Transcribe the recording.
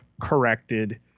corrected